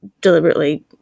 deliberately